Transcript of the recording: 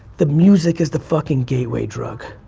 the music is the fucking gateway drug.